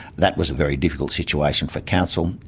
that was a very difficult situation for council,